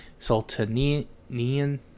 Sultanian